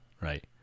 right